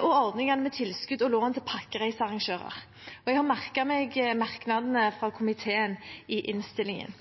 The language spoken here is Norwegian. og ordningene med tilskudd og lån til pakkereisearrangører, og jeg har merket meg merknadene fra komiteen i innstillingen.